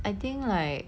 I think like